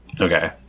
Okay